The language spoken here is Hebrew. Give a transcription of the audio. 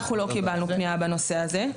אנחנו לא קיבלנו פנייה בנושא זה.